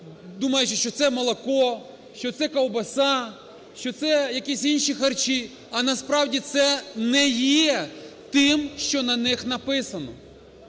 думаючи, що це молоко, що це ковбаса, що якісь інші харчі, а насправді це не є тим, що на них написано.